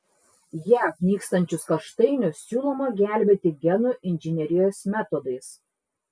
jav nykstančius kaštainius siūloma gelbėti genų inžinerijos metodais